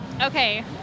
Okay